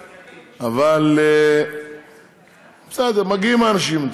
בסדר, מגיעים האנשים.